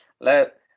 Let